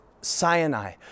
Sinai